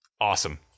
awesome